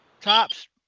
Tops